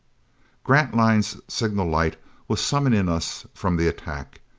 grantline's signal light was summoning us from the attack.